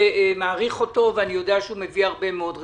מעריך ויודע שהוא מביא הרבה מאוד רשימות,